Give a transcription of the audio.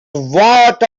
what